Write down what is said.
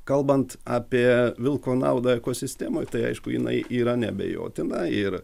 kalbant apie vilko naudą ekosistemoje tai aišku jinai yra neabejotina ir